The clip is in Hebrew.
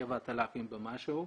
7,000 ומשהו,